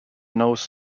knows